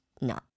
No